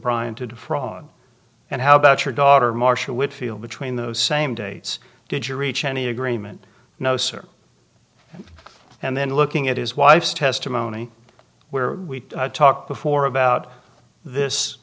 brian to defraud and how about your daughter marcia whitfield between those same dates did you reach any agreement no sir and then looking at his wife's testimony where we talked before about this